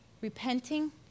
repenting